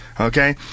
okay